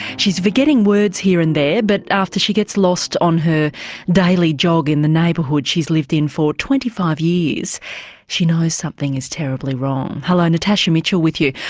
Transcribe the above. she's forgetting words here and there but after she gets lost on her daily jog in the neighbourhood she's lived in for twenty five years she knows something is terribly wrong. hello, natasha mitchell with you.